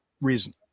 reason